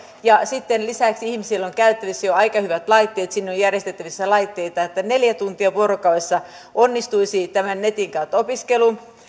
ja sitten lisäksi ihmisillä on käytettävissä jo aika hyvät laitteet sinne on järjestettävissä laitteita että neljä tuntia vuorokaudessa onnistuisi tämä netin kautta opiskelu